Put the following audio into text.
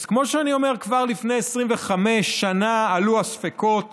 אז כמו שאני אומר, כבר לפני 25 שנה עלו הספקות